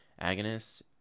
agonist